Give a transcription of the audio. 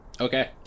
Okay